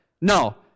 No